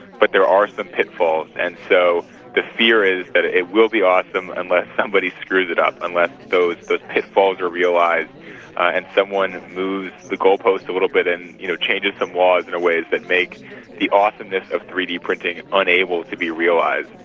but there are some pitfalls and so the fear is ah it will be awesome unless somebody screws it up unless those those pitfalls are realised and someone moves the goalposts a little bit and you know changes some laws in a way that make the awesomeness of three d printing unable to be realised.